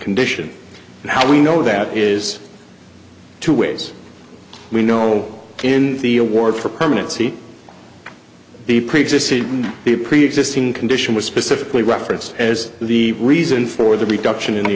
condition and how we know that is two ways we know in the award for permanent c b preexist see the preexisting condition was specifically referenced as the reason for the reduction in the